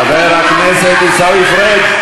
חבר הכנסת עיסאווי פריג',